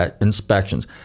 inspections